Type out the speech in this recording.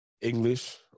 English